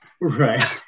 Right